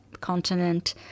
continent